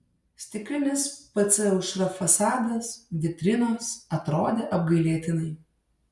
stiklinis pc aušra fasadas vitrinos atrodė apgailėtinai